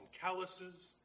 calluses